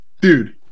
dude